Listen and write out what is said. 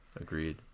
agreed